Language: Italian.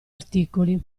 articoli